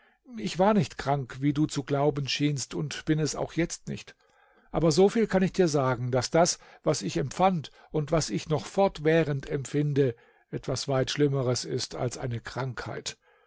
ich war nicht krank wie du zu glauben schienst und bin es auch jetzt nicht aber soviel kann ich dir sagen daß das was ich empfand und was ich noch fortwährend empfinde etwas weit schlimmeres ist als eine krankheit